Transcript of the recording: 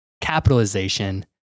capitalization